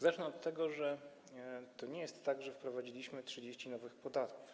Zacznę od tego, że to nie jest tak, że wprowadziliśmy 30 nowych podatków.